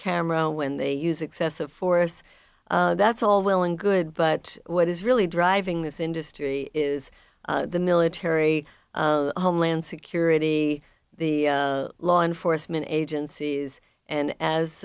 camera when they use excessive force that's all well and good but what is really driving this industry is the military homeland security the law enforcement agencies and as